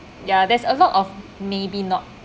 ya there's a lot of maybe not